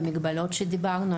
עם המגבלות שדיברנו,